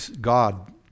God